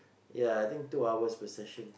ya I think to hours per session